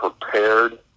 prepared